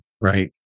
Right